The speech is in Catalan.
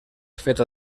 feta